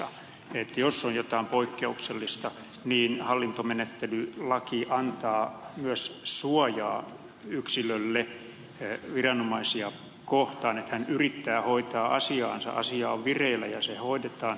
jos on jotain poikkeuksellista hallintomenettelylaki antaa myös suojaa yksilölle viranomaisia kohtaan jos hän yrittää hoitaa asiaansa asia on vireillä ja se hoidetaan